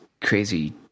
crazy